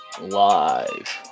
live